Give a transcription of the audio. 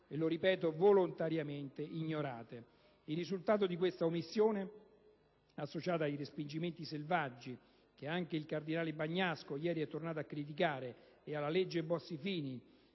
e lo sottolineo - ignorate. Il risultato di questa omissione, associata ai respingimenti selvaggi che (anche il cardinal Bagnasco ieri è tornato a criticare) e alla legge Bossi-Fini,